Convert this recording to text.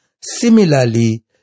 Similarly